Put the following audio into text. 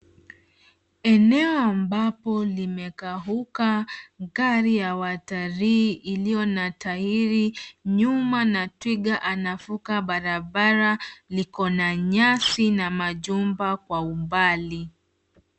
Enel ambapo limekauka, gari ya watalii iliyo na tairi nyuma na twiga anavuka barabara liko na nyasi na majumba kwa umbali.